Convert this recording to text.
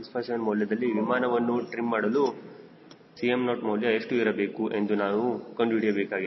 657 ಮೌಲ್ಯದಲ್ಲಿ ವಿಮಾನವನ್ನು ಟ್ರೀಮ್ ಮಾಡಲು Cm0 ಮೌಲ್ಯ ಎಷ್ಟು ಇರಬೇಕು ಎಂದು ನಾನು ಕಂಡುಹಿಡಿಯಬೇಕಾಗಿದೆ